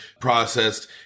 processed